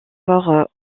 fort